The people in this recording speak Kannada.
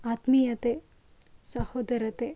ಆತ್ಮೀಯತೆ ಸಹೋದರತೆ